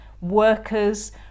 workers